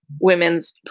women's